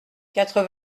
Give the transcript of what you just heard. quatre